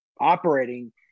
operating